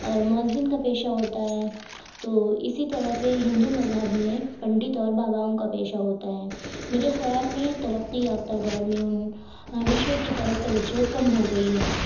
اور مؤذن کا پیشہ ہوتا ہے تو اسی طرح سے ہندو مذہب میں پنڈت اور باباؤں کا پیشہ ہوتا ہے میرے خیال میں ترقی یافتہ دور میں ان وشیوں کی طرف توجہ کم ہو گئی ہے